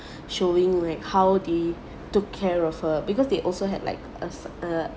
showing right how they took care of her because they also had like a s~ a